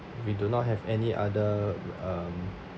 we do not have any other um